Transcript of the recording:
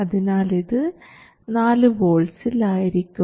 അതിനാൽ ഇത് 4 വോൾട്ട്സിൽ ആയിരിക്കും